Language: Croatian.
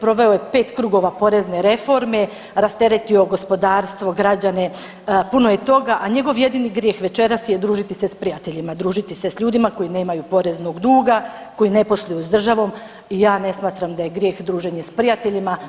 Proveo je 5 krugova porezne reforme, rasteretio gospodarstvo, građane, puno je toga, a njegov jedini grijeh večeras je družiti se s prijateljima, družiti se s ljudima koji nemaju poreznog duga, koji ne posluju s državom i ja ne smatram da je grijeh druženje s prijateljima.